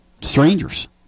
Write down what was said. strangers